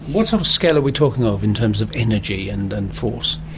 what sort of scale are we talking ah of in terms of energy and and force?